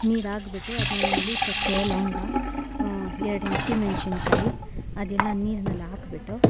ನೀರು ಹಾಕ್ಬಿಟ್ಟು ಅದ್ರಲ್ಲಿ ಚಕ್ಕೆ ಲವಂಗ ಎರಡು ಹಸಿಮೆಣ್ಸಿನ್ಕಾಯಿ ಅದೆಲ್ಲ ನೀರ್ನಲ್ಲಿ ಹಾಕ್ಬಿಟ್ಟು